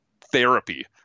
therapy